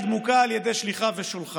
הוא מייד מוקע על ידי שליחיו ושולחיו.